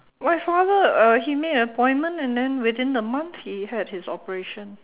my father uh he made an appointment and then within a month he had his operation